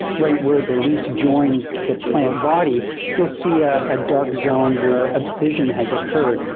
right where the leaf joins the plant body you'll see a ah dark zone where abscission has occurred.